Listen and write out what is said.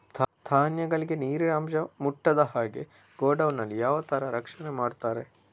ಧಾನ್ಯಗಳಿಗೆ ನೀರಿನ ಅಂಶ ಮುಟ್ಟದ ಹಾಗೆ ಗೋಡೌನ್ ನಲ್ಲಿ ಯಾವ ತರ ರಕ್ಷಣೆ ಮಾಡ್ತಾರೆ?